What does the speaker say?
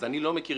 אז אני לא מכיר.